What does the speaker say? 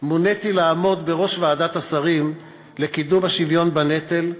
מוניתי לעמוד בראש ועדת השרים לקידום השוויון בנטל,